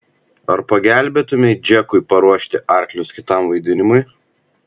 ar pagelbėtumei džekui paruošti arklius kitam vaidinimui